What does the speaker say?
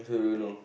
I also don't know